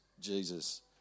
Jesus